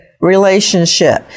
relationship